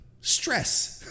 stress